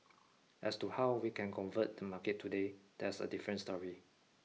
as to how we can convert the market today that's a different story